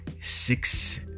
six